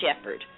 shepherd